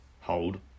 hold